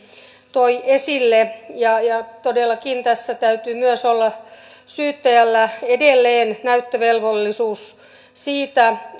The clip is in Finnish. toi esille todellakin tässä täytyy myös olla syyttäjällä edelleen näyttövelvollisuus siitä